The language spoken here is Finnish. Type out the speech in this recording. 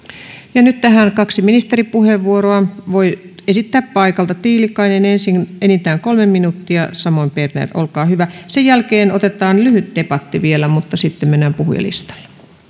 nyt tähän kaksi ministeripuheenvuoroa voi esittää paikalta tiilikainen ensin enintään kolme minuuttia samoin berner olkaa hyvä sen jälkeen otetaan lyhyt debatti vielä mutta sitten mennään puhujalistalle